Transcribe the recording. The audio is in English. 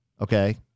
Okay